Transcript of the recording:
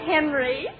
Henry